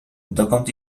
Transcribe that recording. dokąd